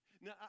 Now